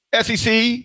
sec